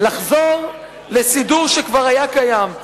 לחזור לסידור שכבר היה קיים.